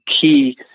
key